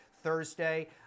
Thursday